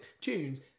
tunes